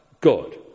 God